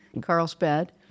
Carlsbad